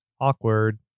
Awkward